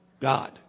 God